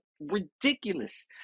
ridiculous